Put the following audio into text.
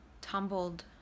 tumbled